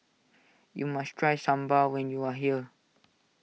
you must try Sambal when you are here